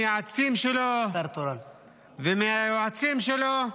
-- מהמייעצים שלו ומהיועצים שלו,